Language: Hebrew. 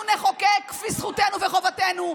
-- אנחנו נחוקק כפי זכותנו וחובתנו,